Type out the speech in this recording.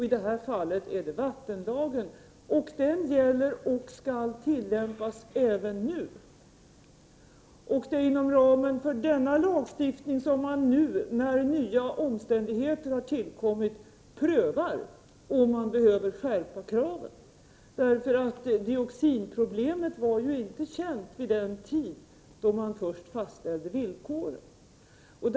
I det här fallet gäller vattenlagen, och den skall tillämpas även nu. Inom ramen för denna lagstiftning prövar man nu när nya omständigheter har tillkommit om man behöver skärpa kraven. Dioxinproblemet var ju inte känt vid den tidpunkt då man först fastställde villkoren.